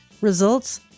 results